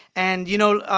and, you know,